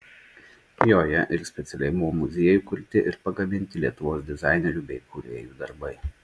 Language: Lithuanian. joje ir specialiai mo muziejui kurti ir pagaminti lietuvos dizainerių bei kūrėjų darbai